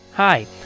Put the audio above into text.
Hi